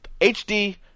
HD